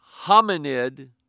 hominid